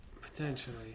Potentially